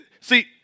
see